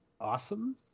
awesome